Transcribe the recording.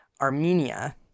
armenia